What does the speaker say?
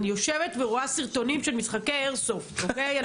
אני יושבת ורואה סרטונים של משחקי איירסופט,